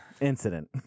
Incident